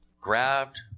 grabbed